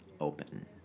open